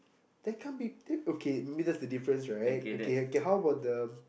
there can't be that okay I mean that's the difference right okay okay how about the